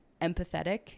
empathetic